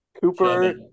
Cooper